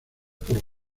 por